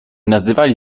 nazywali